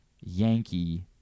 Yankee